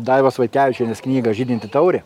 daivos vaitkevičienės knygą žydinti taurė